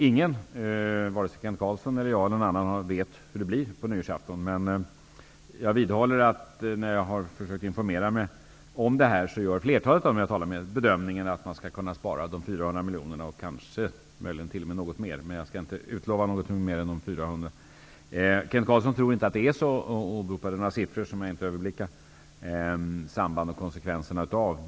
Ingen -- vare sig Kent Carlsson, jag eller någon annan -- vet hur det blir på nyårsafton, men jag vidhåller att flertalet av dem som jag har talat med gör den bedömningen att man skall kunna spara 400 miljoner och möjligen något mer. Jag skall dock inte utlova mer än de 400 miljonerna. Kent Carlsson tror inte att det är så, och han åberopade några siffror som jag inte kan överblicka sambandet med och konsekvenserna av.